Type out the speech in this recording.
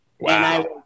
Wow